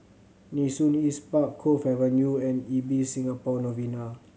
Nee Soon East Park Cove Avenue and Ibis Singapore Novena